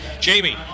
Jamie